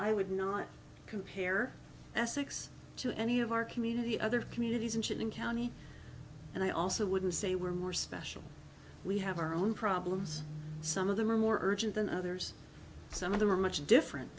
i would not compare essex to any of our community other communities and shit in county and i also wouldn't say we're more special we have our own problems some of them are more urgent than others some of them are much different